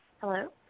hello